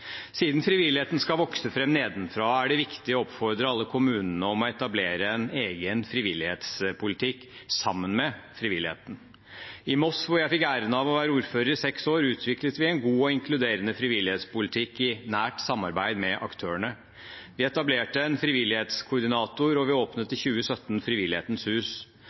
Siden frivilligheten skal vokse fram nedenfra, er det viktig å oppfordre alle kommuner til å etablere en egen frivillighetspolitikk – sammen med frivilligheten. I Moss, hvor jeg fikk æren av å være ordfører i seks år, utviklet vi en god og inkluderende frivillighetspolitikk i nært samarbeid med aktørene. Vi etablerte en frivillighetskoordinator, og vi åpnet i 2017 Frivillighetens hus.